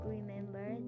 remember